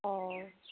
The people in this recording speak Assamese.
অঁ